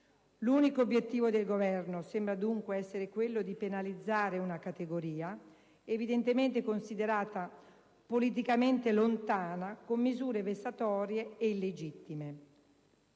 L'unico obiettivo del Governo sembra dunque essere quello di penalizzare una categoria, immagino considerata politicamente lontana, con misure vessatorie ed illegittime.